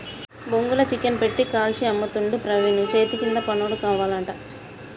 బొంగుల చికెన్ పెట్టి కాల్చి అమ్ముతుండు ప్రవీణు చేతికింద పనోడు కావాలట